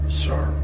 sir